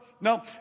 No